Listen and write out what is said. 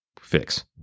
fix